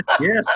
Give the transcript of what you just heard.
yes